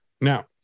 Now